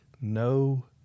no